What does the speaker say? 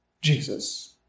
Jesus